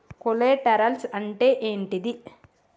Collaterals అంటే ఏంటిది?